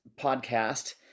podcast